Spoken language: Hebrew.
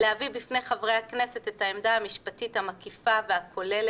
להביא בפני חברי הכנסת את העמדה המשפטית המקיפה והכוללת,